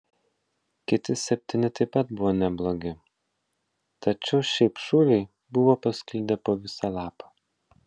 kiti septyni taip pat buvo neblogi tačiau šiaip šūviai buvo pasklidę po visą lapą